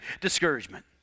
discouragement